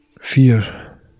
Fear